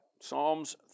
Psalms